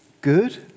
good